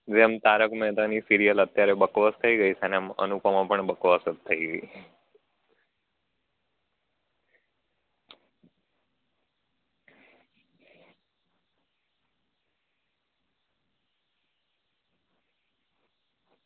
જેમ તારક મહેતાની સિરિયલ અત્યારે બકવાસ થઈ ગઈ છે અને અનુપમા પણ બકવાસ જ થઈ ગઈ